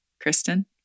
Kristen